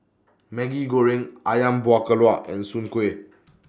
Maggi Goreng Ayam Buah Keluak and Soon Kuih